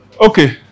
Okay